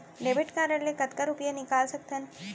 Debit card ले कतका रुपिया निकाल सकथन?